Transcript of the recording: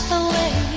away